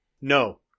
No